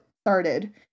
started